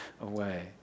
away